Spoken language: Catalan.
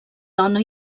dona